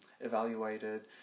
evaluated